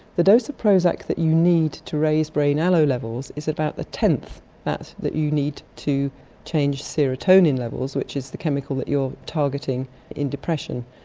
the dose of prozac that you need to raise brain allo levels is about the tenth that that you need to change serotonin levels which is the chemical that you're targeting in depression.